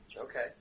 Okay